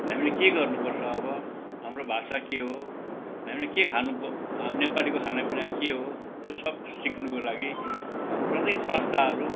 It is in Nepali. हामीले के गर्नुपर्छ अब हाम्रो भाषा के हो हामीले के खानु प हामी नेपालीको खानापिना के हो त्यो सब सिक्नुको लागि प्रत्येक संस्थाहरू